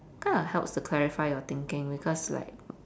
kind of helps to clarify your thinking because like